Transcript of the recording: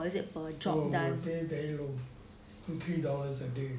no we were paid very low two three dollars per day